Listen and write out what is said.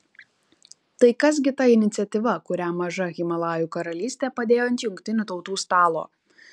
tai kas gi ta iniciatyva kurią maža himalajų karalystė padėjo ant jungtinių tautų stalo